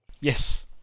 Yes